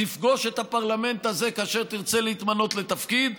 תפגוש את הפרלמנט הזה כאשר תרצה להתמנות לתפקיד,